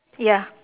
ya